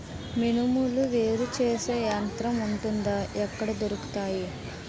మినుములు వేరు చేసే యంత్రం వుంటుందా? ఎక్కడ దొరుకుతాయి?